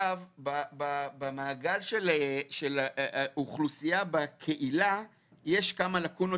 במעגל של אוכלוסייה בקהילה יש כמה לקונות